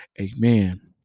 amen